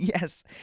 Yes